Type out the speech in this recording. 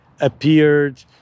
appeared